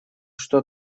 что